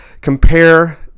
compare